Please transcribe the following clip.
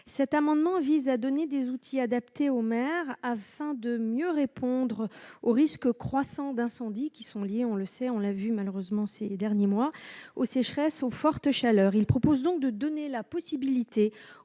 cet amendement vise à donner des outils adaptés aux maires afin de mieux répondre aux risques croissants d'incendies qui sont liés, on le sait, on l'a vu malheureusement ces derniers mois aux sécheresses aux fortes chaleurs, il propose donc de donner la possibilité